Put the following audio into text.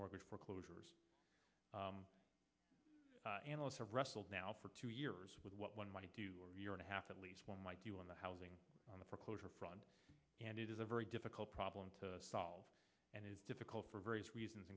mortgage foreclosures analysts have wrestled now for two years with what one might do and a half at least one might do on the housing foreclosure front and it is a very difficult problem to solve and it's difficult for various reasons